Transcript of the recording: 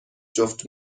جفت